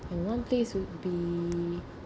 and one place would be